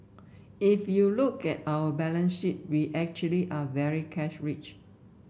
if you look at our balance sheet we actually are very cash rich